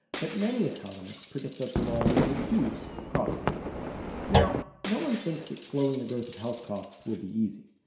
but many economists predict that the law will reduce cost growth now, no one thinks that slowing the growth of health costs will be easy.